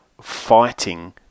fighting